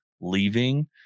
leaving